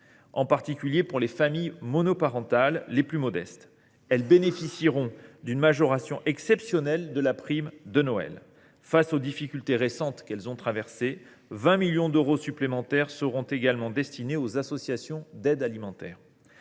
En particulier, les familles monoparentales les plus modestes bénéficieront d’une majoration exceptionnelle de la prime de Noël. Face aux difficultés récentes qu’elles ont traversées, 20 millions d’euros supplémentaires seront destinés aux associations d’aide alimentaire.